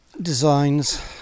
designs